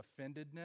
offendedness